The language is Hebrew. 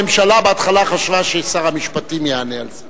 הממשלה בהתחלה חשבה ששר המשפטים יענה על זה.